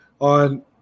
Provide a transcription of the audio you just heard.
on